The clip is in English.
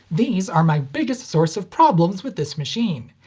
these are my biggest source of problems with this machine.